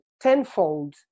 tenfold